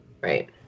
Right